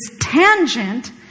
tangent